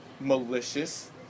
malicious